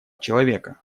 человека